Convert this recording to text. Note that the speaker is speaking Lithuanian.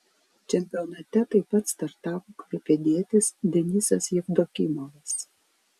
čempionate taip pat startavo klaipėdietis denisas jevdokimovas